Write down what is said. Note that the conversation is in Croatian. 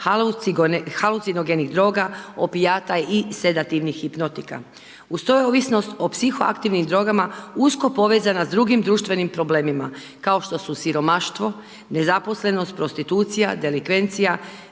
falucinogenih droga, opijata i sedativnih hipnotika. Uz to je ovisnost o psihoaktivnim drogama, usko povezana s drugim društvenim problemima, kao što su siromaštvo, nezaposlenost, prostitucija, delikvencija,